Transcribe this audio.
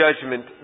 judgment